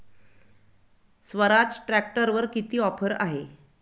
स्वराज ट्रॅक्टरवर किती ऑफर आहे?